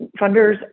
Funders